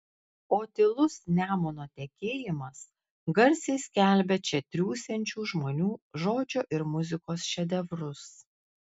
o tylus nemuno tekėjimas garsiai skelbia čia triūsiančių žmonių žodžio ir muzikos šedevrus